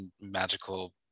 magical